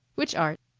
which art?